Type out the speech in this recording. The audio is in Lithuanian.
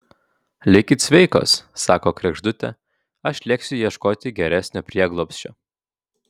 likit sveikos sako kregždutė aš lėksiu ieškoti geresnio prieglobsčio